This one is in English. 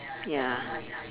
ya